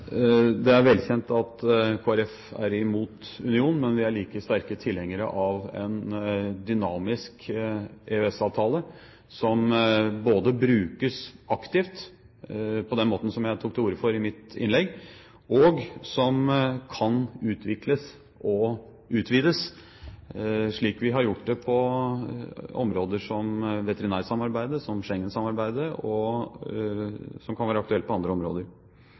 Det er velkjent at Kristelig Folkeparti er imot union, men vi er like sterke tilhengere av en dynamisk EØS-avtale, som både brukes aktivt – på den måten jeg tok til orde for i mitt innlegg – og som kan utvikles og utvides, slik vi har gjort det på områder som veterinærsamarbeidet, som Schengensamarbeidet, og slik det kan være aktuelt på andre områder.